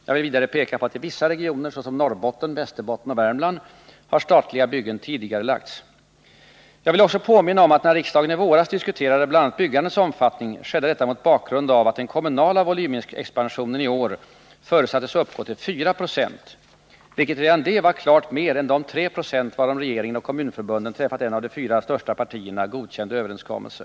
Jag vill vidare peka på att i vissa regioner, såsom Norrbotten, Västerbotten och Värmland, har statliga byggen tidigarelagts. Jag vill också påminna om att när riksdagen i våras diskuterade bl.a. byggandets omfattning skedde detta mot bakgrund av att den kommunala volymexpansionen i år förutsattes uppgå till 4 96, vilket redan det var klart mer än de 3 96 varom regeringen och kommunförbunden träffat en av de fyra största partierna godkänd överenskommelse.